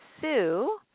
Sue